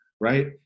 right